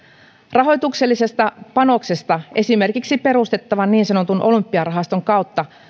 rahoituksellista panosta esimerkiksi perustettavan niin sanotun olympiarahaston kautta